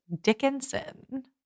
Dickinson